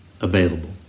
available